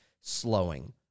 slowing